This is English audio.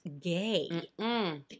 gay